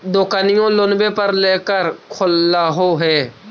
दोकनिओ लोनवे पर लेकर खोललहो हे?